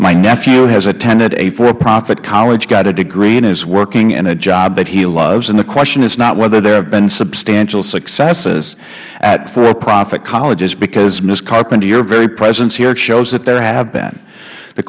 my nephew has attended a for profit college got a degree and is working in a job that he loves and the question is not whether there have been substantial successes colleges because ms carpenter your very presence here shows that there have been the